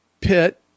Pitt